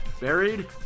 Buried